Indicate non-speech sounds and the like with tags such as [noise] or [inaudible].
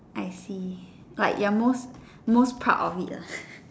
I see like you're most most proud of it lah [laughs]